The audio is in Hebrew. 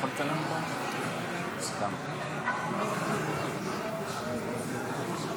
אם כן, להלן תוצאות ההצבעה: 51